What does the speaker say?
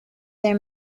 their